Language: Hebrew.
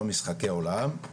או משחקי עולם.